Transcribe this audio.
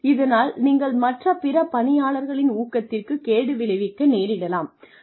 இதனால் நீங்கள் மற்ற பிற பணியாளர்களின் ஊக்கத்திற்கு கேடு விளைவிக்க நேரிடலாம்